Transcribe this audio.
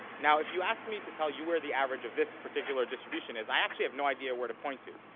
now if you ask me to tell you where the average of this particular distribution is, i actually have no idea where to point to,